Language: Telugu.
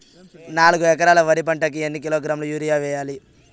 నాలుగు ఎకరాలు వరి పంటకి ఎన్ని కిలోగ్రాముల యూరియ వేయాలి?